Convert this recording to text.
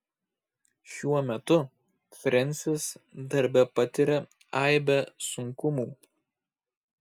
šiuo metu frensis darbe patiria aibę sunkumų